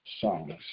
songs